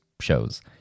shows